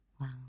Wow